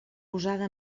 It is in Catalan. posada